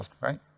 right